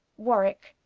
warwicke,